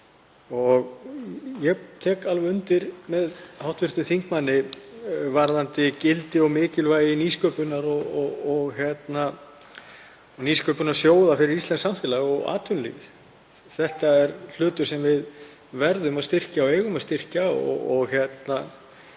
Ég tek alveg undir með hv. þingmanni varðandi gildi og mikilvægi nýsköpunar og nýsköpunarsjóða fyrir íslenskt samfélag og atvinnulífið. Þetta er hlutur sem við verðum að styrkja og eigum að styrkja. Ég tel að